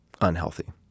unhealthy